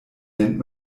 nennt